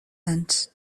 and